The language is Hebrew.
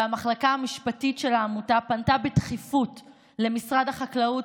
והמחלקה המשפטית של העמותה פנתה בדחיפות למשרד החקלאות